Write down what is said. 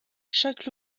chaque